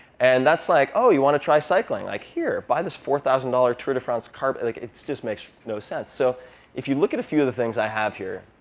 and that's like, oh, you want to try cycling? like here, buy this four thousand dollars tour de france but like it just makes no sense. so if you look at a few of the things i have here,